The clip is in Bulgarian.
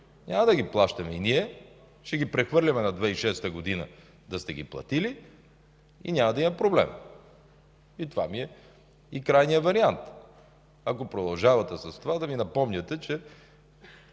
Няма да ги плащаме ние, ще ги прехвърлим на 2006 г. – да сте ги платили, и няма да има проблем. И това ми е крайният вариант, ако продължавате да ми напомняте, че